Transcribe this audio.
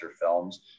films